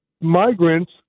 migrants